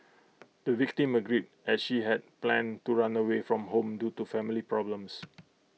the victim agreed as she had planned to run away from home due to family problems